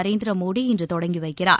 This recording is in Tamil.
நரேந்திரமோடி இன்று தொடங்கி வைக்கிறார்